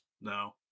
no